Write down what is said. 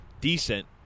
decent